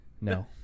No